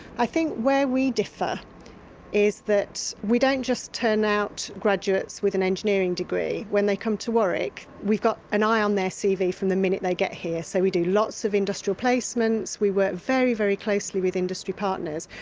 i think where we differ is that we don't just turn out graduates with an engineering degree. when they come to warwick, we've got an eye on their cv from the minute they get here. so we do lots of industrial placements, we work very, very closely with industry partners,